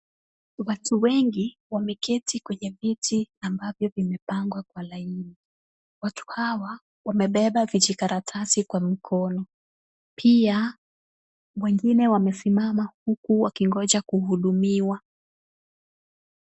Watu wengi wameketi kwenye viti ambavyo vimepangwa kwa laini, watu hawa wamebeba vijikaratasi kwa mkono, pia wengine wamesimama huku wakingoja kuhudumiwa.